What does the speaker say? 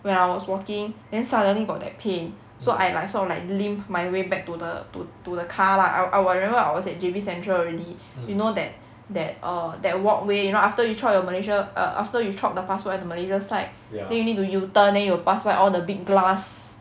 when I was walking then suddenly got that pain so I like sort of like limp my way back to the to to the car lah I remember I was at J_B central already you know that that err that walkway you know after you chop your malaysia err after you chop the passport at malaysia side then you need to U-turn then you will pass by all the big glass